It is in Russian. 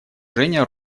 женя